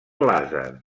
làser